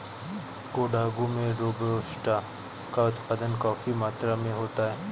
कोडागू में रोबस्टा का उत्पादन काफी मात्रा में होता है